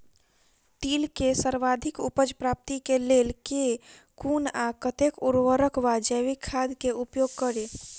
तिल केँ सर्वाधिक उपज प्राप्ति केँ लेल केँ कुन आ कतेक उर्वरक वा जैविक खाद केँ उपयोग करि?